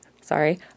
sorry